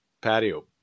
patio